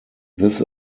this